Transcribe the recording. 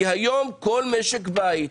כי היום כל משק בית,